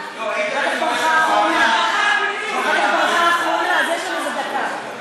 אחר כך ברכה אחרונה, אז יש לנו איזה דקה.